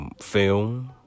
film